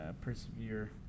persevere